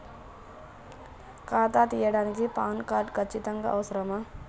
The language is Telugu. ఖాతా తీయడానికి ప్యాన్ కార్డు ఖచ్చితంగా అవసరమా?